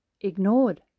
ignored